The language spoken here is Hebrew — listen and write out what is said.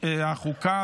מוועדת החוקה